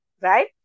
Right